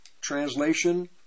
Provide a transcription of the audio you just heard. translation